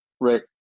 Right